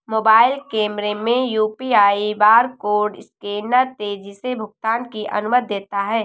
mobile कैमरे में UPI barcode scanner तेजी से भुगतान की अनुमति देता है